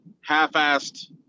half-assed